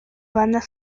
bandas